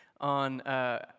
on